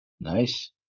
Nice